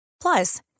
Plus